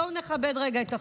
בואו נכבד רגע את החוק.